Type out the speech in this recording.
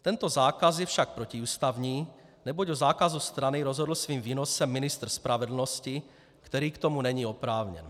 Tento zákaz je však protiústavní, neboť o zákazu stranu rozhodl svým výnosem ministr spravedlnosti, který k tomu není oprávněn.